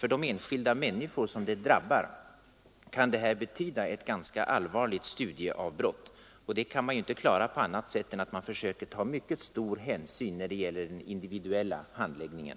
För de enskilda människor det drabbar kan detta betyda ett ganska allvarligt studieavbrott. Den situationen kan man inte klara på annat sätt än att man försöker ta mycket stor hänsyn när det gäller den individuella handläggningen.